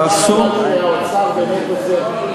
האוצר באמת עוזר.